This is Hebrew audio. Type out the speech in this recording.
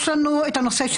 אין לנו חוקה,